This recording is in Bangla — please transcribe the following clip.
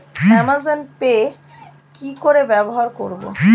অ্যামাজন পে কি করে ব্যবহার করব?